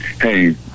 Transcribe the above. hey